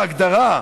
מר ביטחון בהגדרה,